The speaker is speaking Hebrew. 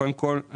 קודם כול,